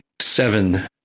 seven